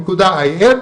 שנקרא toto.acc.co.il.